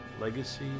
Legacy